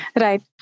Right